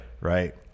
Right